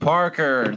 Parker